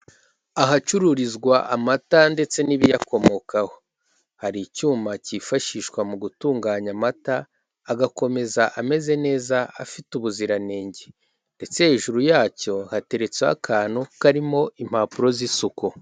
Ahacururizwa amata ndetse n'ibiyakomokaho. Hari icyuma cyifashishwa mu gutunganya amata, agakomeza ameze neza afite ubuziranenge. Ndetse hejuru yacyo hateretseho akantu karimo impapuro z'isuku.